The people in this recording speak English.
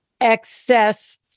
excess